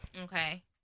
Okay